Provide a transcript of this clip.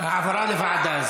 על העברה לוועדה.